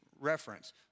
reference